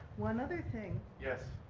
one another thing. yes.